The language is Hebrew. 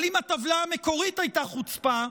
אבל אם הטבלה המקורית הייתה חוצפה,